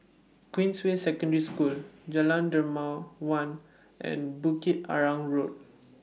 Queensway Secondary School Jalan Dermawan and Bukit Arang Road